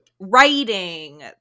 Writing